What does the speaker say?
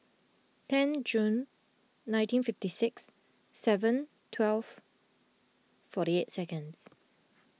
ten Jun nineteen fifty six seven twelve forty eight seconds